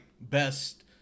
best